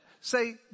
Say